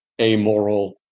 amoral